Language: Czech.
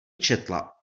četla